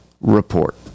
Report